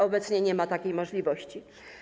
Obecnie nie ma takiej możliwości.